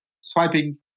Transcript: Swiping